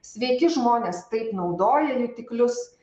sveiki žmonės taip naudoja jutiklius